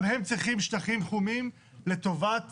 גם הם צריכים שטחים חומים לטובת